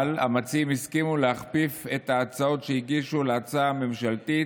אבל המציעים הסכימו להכפיף את ההצעות שהגישו להצעה הממשלתית,